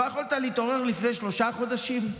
לא יכולת להתעורר לפני שלושה חודשים?